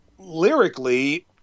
lyrically